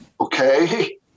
Okay